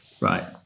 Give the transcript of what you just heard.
right